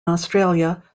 australia